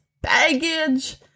baggage